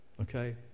Okay